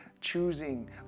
choosing